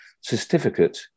certificate